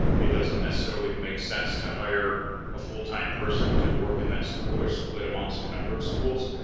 it doesn't necessarily make sense to hire a full time person to work in that school or split amongst a number of schools,